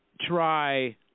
try